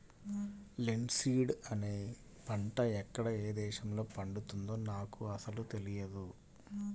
linseed అనే పంట ఎక్కడ ఏ దేశంలో పండుతుందో నాకు అసలు తెలియదు